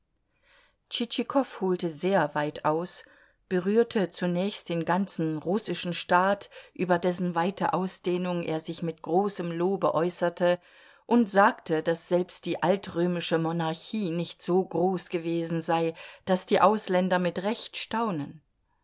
tschitschikow holte sehr weit aus berührte zunächst den ganzen russischen staat über dessen weite ausdehnung er sich mit großem lobe äußerte und sagte daß selbst die altrömische monarchie nicht so groß gewesen sei daß die ausländer mit recht staunen